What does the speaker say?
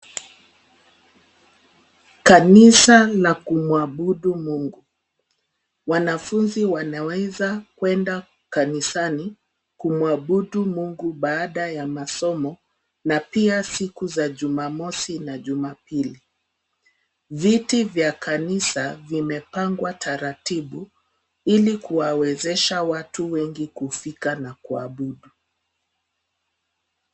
Kanisa la kumwabudu mungu. Wanafunzi wanaweza kwenda kanisani, kumwabudu mungu baada ya masomo, na pia siku za jumamosi na jumapili. Viti vya kanisa vimepangwa taratibu ili kuwawezesha watu wengi kufika na kuabudu.